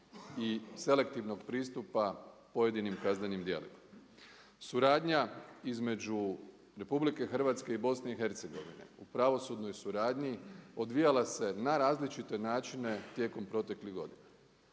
i selektivnog pristupa pojedinim kaznenim djelima. Suradnja između RH i BIH u pravosudnoj suradnji odvijala se na različite načine tijekom proteklih godina.